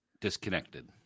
disconnected